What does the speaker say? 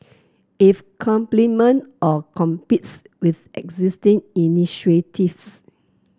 if complement or competes with existing initiatives